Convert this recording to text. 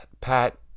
Pat